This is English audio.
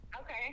Okay